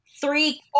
three